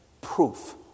proof